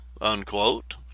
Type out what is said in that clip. unquote